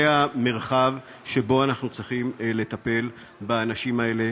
זה המרחב שבו אנחנו צריכים לטפל באנשים האלה.